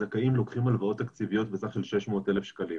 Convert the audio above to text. הזכאים לוקחים הלוואות תקציביות בסך של 600,000 שקלים